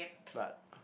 but